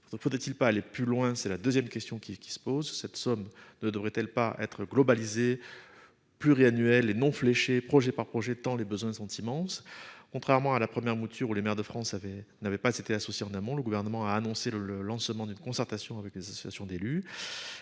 faudrait-il pas aller plus loin, c'est la 2ème. Question qui se pose, cette somme ne devrait-elle pas être globalisé. Pluriannuel et non fléchés projet par projet, tant les besoins sont immenses. Contrairement à la première mouture ou les maires de France avait n'avait pas c'était associés en amont. Le gouvernement a annoncé le lancement d'une concertation avec les associations d'élus.